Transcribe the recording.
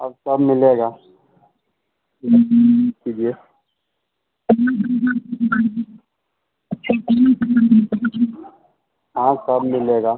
अब सब मिलेगा कीजिए हाँ सब मिलेगा